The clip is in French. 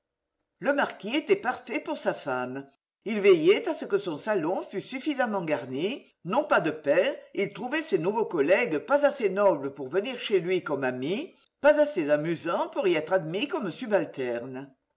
le marquis était parfait pour sa femme il veillait à ce que son salon fût suffisamment garni non pas de pairs il trouvait ses nouveaux collègues pas assez nobles pour venir chez lui comme amis pas assez amusants pour y être admis comme subalternes